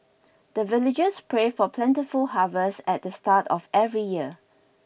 the villagers pray for plentiful harvest at the start of every year